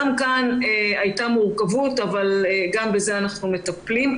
גם כאן הייתה מורכבות אבל גם בזה אנחנו מטפלים.